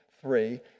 three